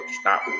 stop